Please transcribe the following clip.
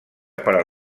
per